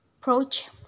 approach